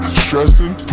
stressing